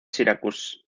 syracuse